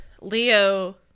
Leo